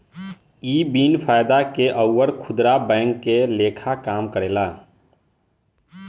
इ बिन फायदा के अउर खुदरा बैंक के लेखा काम करेला